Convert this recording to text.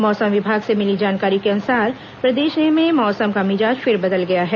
मौसम विभाग से मिली जानकारी के अनुसार प्रदेश में मौसम का मिजाज फिर बदल गया है